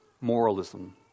moralism